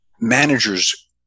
manager's